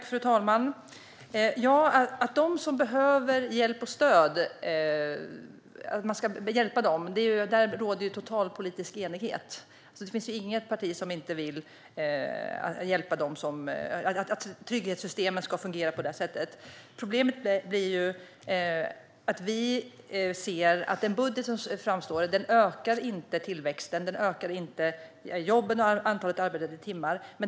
Fru talman! Man ska hjälpa dem som behöver hjälp och stöd. Där råder det total politisk enighet. Det finns inget parti som inte vill hjälpa dem. Trygghetssystemen ska fungera på det sättet. Problemet blir att tillväxten inte ökar med denna budget. Med denna budget ökar inte antalet jobb och antalet arbetade timmar.